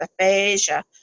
aphasia